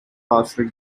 faster